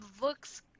looks